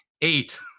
Eight